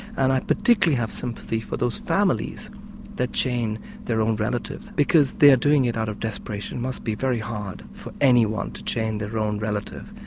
and i particularly have sympathy for those families that chain their own relatives because they are doing it out of desperation it must be very hard for anyone to chain their own relative.